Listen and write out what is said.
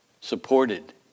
supported